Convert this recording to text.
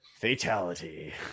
Fatality